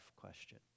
question